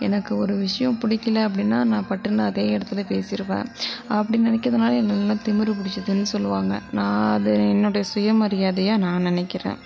எனக்கு ஒரு விஷயம் பிடிக்கல அப்படினா நான் பட்டுனு அதே இடத்துலயே பேசிருவேன் அப்படி நினக்கிறதுனால என்ன திமிர் பிடிச்சதுனு சொல்லுவாங்க நான் அது என்னுடைய சுய மரியாதையாக நான் நினக்கிறேன்